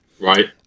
Right